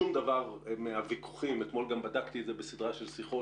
שום דבר מהוויכוחים הפנימיים אתמול גם בדקתי את זה בסדרה של שיחות